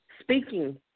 speaking